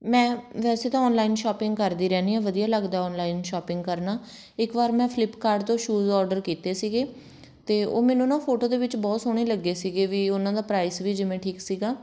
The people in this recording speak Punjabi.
ਮੈਂ ਵੈਸੇ ਤਾਂ ਔਨਲਾਈਨ ਸ਼ੋਪਿੰਗ ਕਰਦੀ ਰਹਿੰਦੀ ਹਾਂ ਵਧੀਆ ਲੱਗਦਾ ਔਨਲਾਈਨ ਸ਼ੋਪਿੰਗ ਕਰਨਾ ਇੱਕ ਵਾਰ ਮੈਂ ਫਲਿੱਪਕਾਰਟ ਤੋਂ ਸ਼ੂਜ ਔਡਰ ਕੀਤੇ ਸੀਗੇ ਅਤੇ ਉਹ ਮੈਨੂੰ ਨਾ ਫੋਟੋ ਦੇ ਵਿੱਚ ਬਹੁਤ ਸੋਹਣੇ ਲੱਗੇ ਸੀਗੇ ਵੀ ਉਹਨਾਂ ਦਾ ਪ੍ਰਾਈਜ਼ ਵੀ ਜਿਵੇਂ ਠੀਕ ਸੀਗਾ